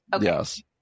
Yes